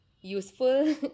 useful